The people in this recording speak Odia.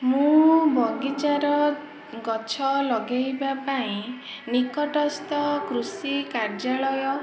ମୁଁ ବଗିଚାର ଗଛ ଲଗେଇବା ପାଇଁ ନିକଟସ୍ଥ କୃଷି କାର୍ଯ୍ୟାଳୟ